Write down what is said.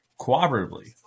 cooperatively